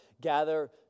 gather